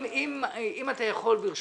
אם אתה יכול, ברשותך,